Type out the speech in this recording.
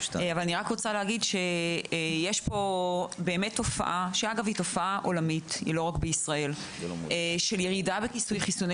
איני רוצה להגיד שיש פה תופעה עולמית של ירידה בחיסוני